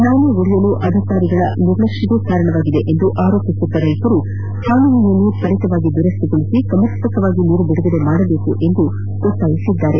ನಾಲೆ ಒಡೆಯಲು ಅಧಿಕಾರಿಗಳ ನಿರ್ಲಕ್ಷ್ಮವೇ ಕಾರಣವಾಗಿದೆ ಎಂದು ಆರೋಪಿಸಿರುವ ರೈತರು ಕಾಲುವೆಯನ್ನು ತ್ವರಿತವಾಗಿ ದುರಸ್ತಿಗೊಳಿಸಿ ಸಮರ್ಪಕವಾಗಿ ನೀರು ಬಿಡುಗಡೆ ಮಾಡಬೇಕೆಂದು ಒತ್ತಾಯಿಸಿದ್ದಾರೆ